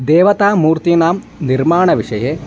देवता मूर्तीनां निर्माणविषये